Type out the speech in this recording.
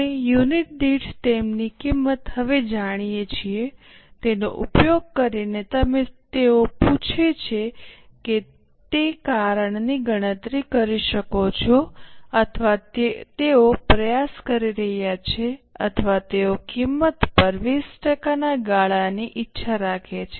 અમે યુનિટ દીઠ તેમની કિંમત હવે જાણીએ છીએ તેનો ઉપયોગ કરીને તમે તેઓ પૂછે છે તે કારણની ગણતરી કરી શકો છો અથવા તેઓ પ્રયાસ કરી રહ્યા છે અથવા તેઓ કિંમત પર 20 ટકાના ગાળાની ઇચ્છા રાખે છે